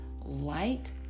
light